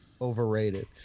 overrated